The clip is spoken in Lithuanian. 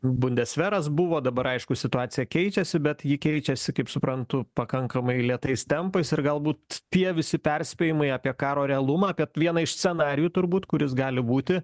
bundesveras buvo dabar aišku situacija keičiasi bet ji keičiasi kaip suprantu pakankamai lėtais tempais ir galbūt tie visi perspėjimai apie karo realumą apiet vieną iš scenarijų turbūt kuris gali būti